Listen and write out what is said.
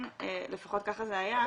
לפחות ככה זה היה,